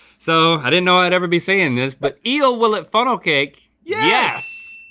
so i didn't know i'd ever be saying this, but eel, will it funnel cake? yes.